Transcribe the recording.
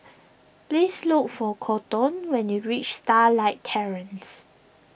please look for Kolton when you reach Starlight Terrace